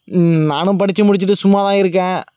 நானும் படிச்சு முடிச்சிட்டு சும்மாதான் இருக்கேன்